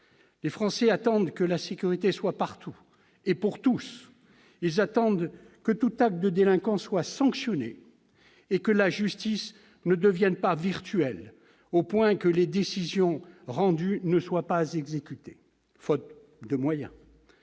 Les Français attendent que la sécurité soit partout et pour tous ; ils attendent que tout acte de délinquance soit sanctionné et que la justice ne devienne pas virtuelle, au point que les décisions rendues ne soient pas exécutées, faute de moyens.